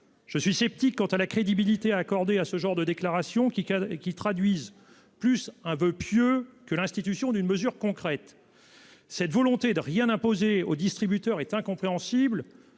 Je suis sceptique quant à la crédibilité accordée à ce genre de déclaration qui qui qui traduisent plus un voeu pieux que l'institution d'une mesure concrète. Cette volonté de rien imposer aux distributeurs est incompréhensible.